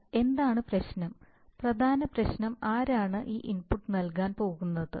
എന്നാൽ എന്താണ് പ്രശ്നം പ്രധാന പ്രശ്നം ആരാണ് ഈ ഇൻപുട്ട് നൽകാൻ പോകുന്നത്